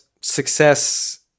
success